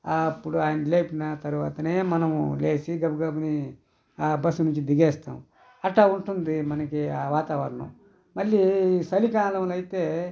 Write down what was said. అప్పుడు ఆయన లేపిన తర్వాతనే మనము లేచి గబగబని ఆ బస్సు నుంచి దిగేస్తాం అట్టా ఉంటుంది మనకి ఆ వాతావరణం మళ్లీ చలికాలంలో అయితే